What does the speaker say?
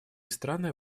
страны